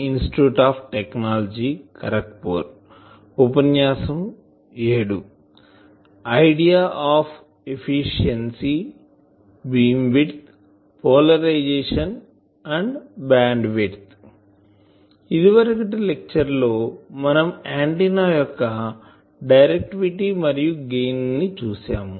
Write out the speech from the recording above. ఇది వరకటి లెక్చర్ లో మనం ఆంటిన్నా యొక్క డైరెక్టివిటీ మరియు గెయిన్ ని చూసాము